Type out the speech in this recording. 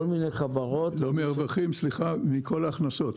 לא מן הרווחים אלא מכל ההכנסות.